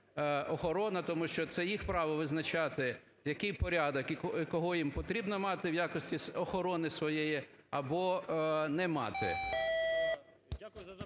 тому що це їх право визначати, який порядок і кого їм потрібно мати в якості охорони своєї або не мати.